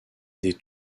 des